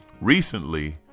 recently